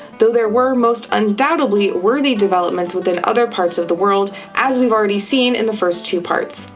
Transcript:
though there were most undoubtedly worthy developments within other parts of the world, as we've already seen in the first two parts.